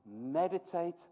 Meditate